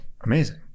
amazing